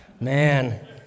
Man